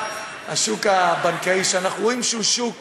שהשוק הבנקאי, שאנחנו רואים שהוא שוק